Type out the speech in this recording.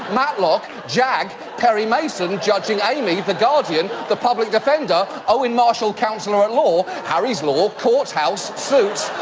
matlock, jag, perry mason, judging amy, the guardian, the public defender, owen marshall counselor at law, harry's law, courthouse, suits,